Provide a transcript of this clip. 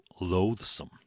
loathsome